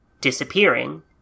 disappearing